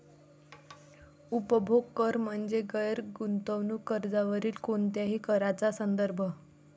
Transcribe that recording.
उपभोग कर म्हणजे गैर गुंतवणूक खर्चावरील कोणत्याही कराचा संदर्भ